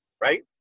right